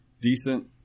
decent